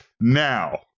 Now